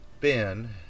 Ben